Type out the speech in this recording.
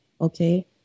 Okay